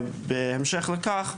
בהמשך לכך,